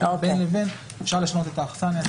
לכן בין לבין אפשר לשנות את האכסניה,